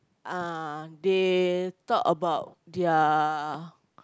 uh they talk about their